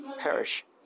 perish